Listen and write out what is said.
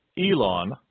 Elon